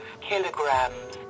kilograms